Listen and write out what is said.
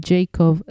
Jacob